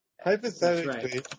Hypothetically